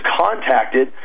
contacted